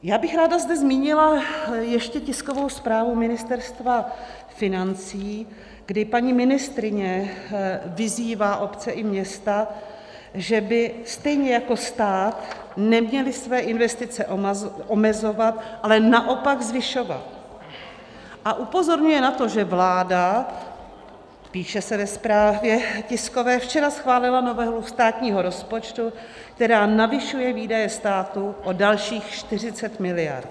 Já bych ráda zde zmínila ještě tiskovou zprávu Ministerstva financí, kdy paní ministryně vyzývá obce i města, že by stejně jako stát neměly své investice omezovat, ale naopak zvyšovat, a upozorňuje na to, že vláda, píše se v tiskové zprávě, včera schválila novelu státního rozpočtu, která navyšuje výdaje státu o dalších 40 miliard.